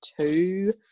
two